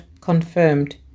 confirmed